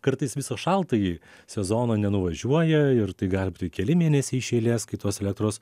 kartais viso šaltąjį sezoną nenuvažiuoja ir tai gali būti keli mėnesiai iš eilės kai tos elektros